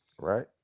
Right